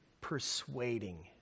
persuading